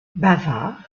bavard